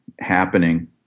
happening